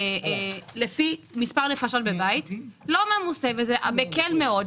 לפי מספר נפשות בבית, לא ממוסה, וזה יקל מאוד.